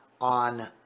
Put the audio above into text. on